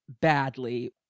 badly